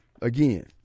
Again